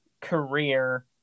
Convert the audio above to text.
career